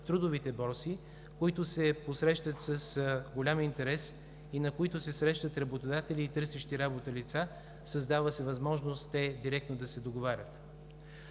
трудовите борси, които се посрещат с голям интерес и на които се срещат работодатели и търсещи работа лица. Създава се възможност те директно да се договорят.